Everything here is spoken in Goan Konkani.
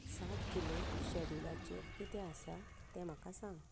सात जुलयाक शड्युलाचेर कितें आसा तें म्हाका सांग